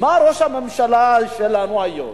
מה ראש הממשלה אישר לנו היום.